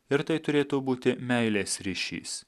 ir tai turėtų būti meilės ryšys